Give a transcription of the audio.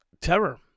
terror